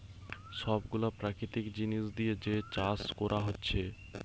সব গুলা প্রাকৃতিক জিনিস দিয়ে যে চাষ কোরা হচ্ছে